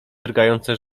drgające